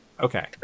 Okay